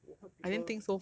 you help people